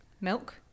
Milk